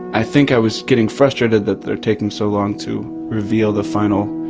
i think i was getting frustrated that they're taking so long to reveal the final